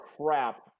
crap